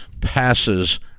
passes